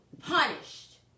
punished